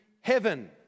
heaven